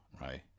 right